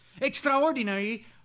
Extraordinary